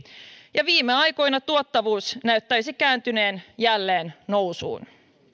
ja viime aikoina tuottavuus näyttäisi kääntyneen jälleen nousuun